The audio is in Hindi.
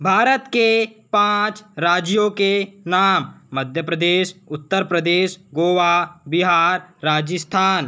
भारत के पाँच राज्यों के नाम मध्य प्रदेश उत्तर प्रदेश गोआ बिहार राजस्थान